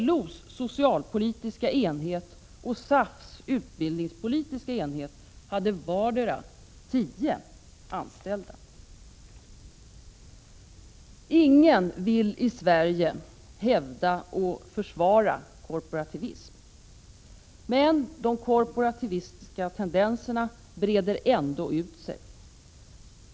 LO:s socialpolitiska enhet och SAF:s utbildningspolitiska enhet hade vardera 10 anställda. Ingen i Sverige vill hävda och försvara korporativism. Men de korporativistiska tendenserna breder ändå ut sig.